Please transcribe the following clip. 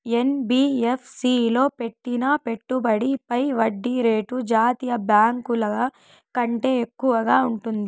NBFC లో పెట్టిన పెట్టుబడి పై వడ్డీ రేటు జాతీయ బ్యాంకు ల కంటే ఎక్కువగా ఉంటుందా?